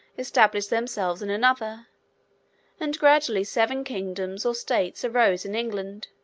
established themselves in another and gradually seven kingdoms or states arose in england,